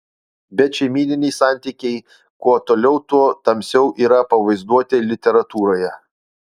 bet šeimyniniai santykiai kuo toliau tuo tamsiau yra pavaizduoti literatūroje